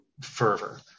fervor